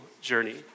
journey